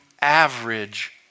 average